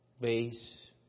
base